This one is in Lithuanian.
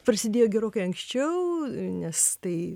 prasidėjo gerokai anksčiau nes tai